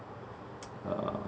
uh